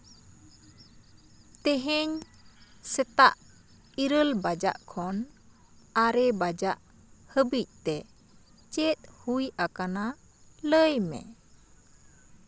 ᱛᱮᱦᱮᱧ ᱥᱮᱛᱟᱜ ᱤᱨᱟᱹᱞ ᱵᱟᱡᱟᱜ ᱠᱷᱚᱱ ᱟᱨᱮ ᱵᱟᱡᱟᱜ ᱦᱟᱹᱵᱤᱡ ᱛᱮ ᱪᱮᱫ ᱦᱩᱭ ᱟᱠᱟᱱᱟ ᱞᱟᱹᱭ ᱢᱮ